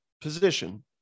position